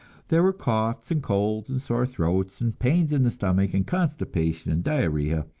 there were coughs and colds and sore throats and pains in the stomach and constipation and diarrhea,